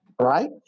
right